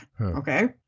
Okay